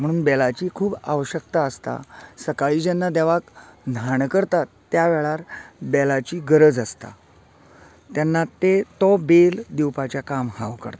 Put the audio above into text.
म्हणून बेलाची खूब आवश्यकता आसता सकाळीं जेन्ना देवाक न्हाण करतात त्या वेळार बेलाची गरज आसता तेन्ना ते तो बेल दिवपाचे काम हांव करता